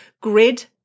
grid